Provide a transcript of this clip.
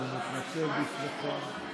מצליפי הקואליציה,